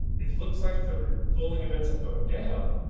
it looks like the bullying events have gone down,